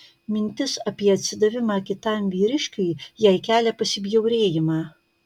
mintis apie atsidavimą kitam vyriškiui jai kelia pasibjaurėjimą